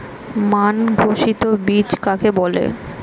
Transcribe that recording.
মান ঘোষিত বীজ কাকে বলে?